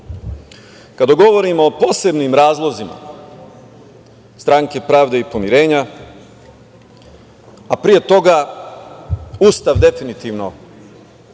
govorimo o posebnim razlozima, Stranke pravde i pomirenja, a pre toga Ustav, definitivno,